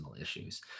issues